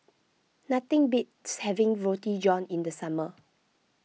nothing beats having Roti John in the summer